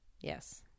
Yes